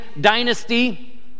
dynasty